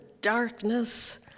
darkness